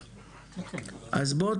ולכן